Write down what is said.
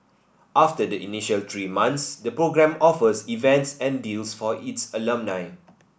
after the initial three months the program offers events and deals for its alumni